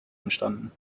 entstanden